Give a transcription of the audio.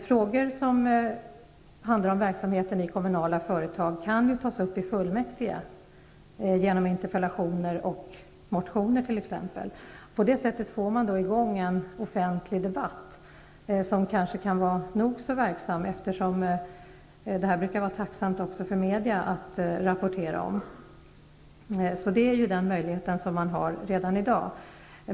Frågor om verksamheten i kommunala företag kan ju tas upp i fullmäktige i t.ex. interpellationer och motioner, och på det sättet får man i gång en offentlig debatt, som kan vara nog så verksam, eftersom den brukar vara tacksam för media att rapportera om. Den möjligheten finns alltså redan i dag.